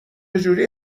جوری